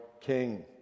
king